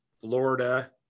florida